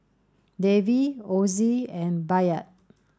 Davey Ozzie and Bayard